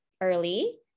early